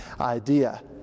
idea